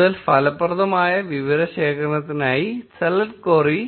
കൂടുതൽ ഫലപ്രദമായ വിവരശേഖരണത്തിനായി select query